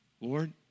Lord